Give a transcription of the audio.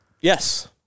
Yes